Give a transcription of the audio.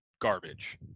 garbage